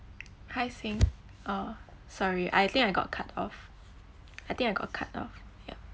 hi xing uh sorry I think I got cut off I think I got cut off ya